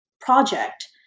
project